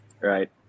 right